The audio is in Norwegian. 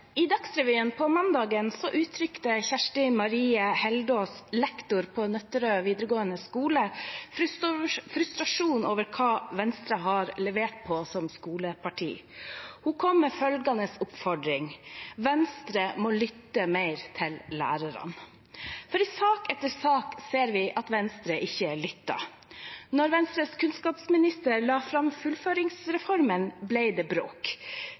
I Dagsrevyen på mandag uttrykte Kjersti Marie Heldaas, lektor på Nøtterøy videregående skole, frustrasjon over hva Venstre har levert på som skoleparti. Hun kom med følgende oppfordring: Venstre må lytte mer til lærerne. I sak etter sak ser vi at Venstre ikke lytter. Da Venstres kunnskapsminister la fram fullføringsreformen, ble det bråk,